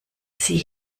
sie